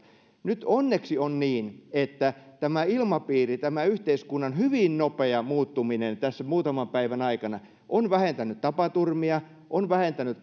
nyt onneksi on niin että tämä ilmapiiri tämä yhteiskunnan hyvin nopea muuttuminen muutaman päivän aikana on vähentänyt tapaturmia on vähentänyt